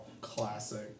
Classic